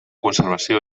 conservació